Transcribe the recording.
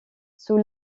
sous